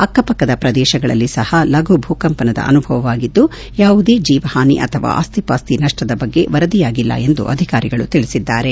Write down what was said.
ಅಕ್ಕಪಕ್ಕದ ಪ್ರದೇಶಗಳಲ್ಲಿ ಸಹ ಲಘು ಭೂಕಂಪನದ ಅನುಭವವಾಗಿದ್ದು ಯಾವುದೇ ಜೀವ ಹಾನಿ ಅಥವಾ ಆಸ್ತಿಪಾಸ್ತಿ ನಷ್ಟದ ಬಗ್ಗೆ ವರದಿಯಾಗಿಲ್ಲ ಎಂದು ಅಧಿಕಾರಿಗಳು ತಿಳಿಸಿದ್ದಾರೆ